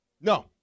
No